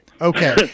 Okay